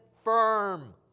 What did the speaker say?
firm